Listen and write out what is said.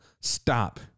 stop